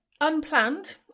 unplanned